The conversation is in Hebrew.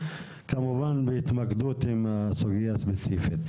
כמובן בהתמקדות בסוגיה הספציפית.